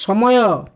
ସମୟ